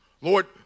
Lord